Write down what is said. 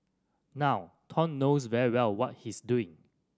now Thong knows very well what he's doing